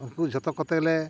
ᱩᱱᱠᱩ ᱡᱷᱚᱛᱚ ᱠᱚᱛᱮᱜᱮᱞᱮ